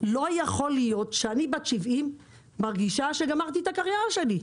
אבל לא יכול להיות שאני בת 70 מרגישה שגמרתי את הקריירה שלי,